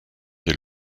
des